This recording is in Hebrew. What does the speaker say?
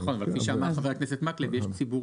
נכון, אבל כפי שאמר חבר הכנסת מקלב, יש ציבור